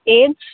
AIIMS